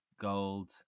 gold